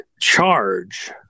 charge